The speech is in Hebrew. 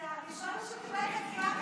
אתה, דיברנו, קריאה ראשונה.